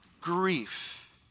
grief